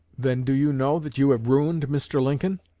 then do you know that you have ruined mr. lincoln